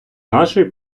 нашої